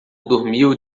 dormiu